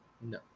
No